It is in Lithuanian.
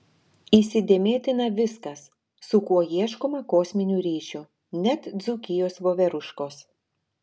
įsidėmėtina viskas su kuo ieškoma kosminių ryšių net dzūkijos voveruškos